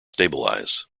stabilize